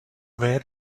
where